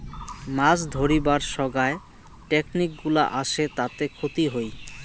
মাছ ধরিবার সোগায় টেকনিক গুলা আসে তাতে ক্ষতি হই